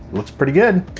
looks pretty good.